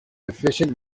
efficient